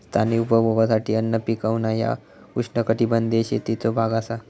स्थानिक उपभोगासाठी अन्न पिकवणा ह्या उष्णकटिबंधीय शेतीचो भाग असा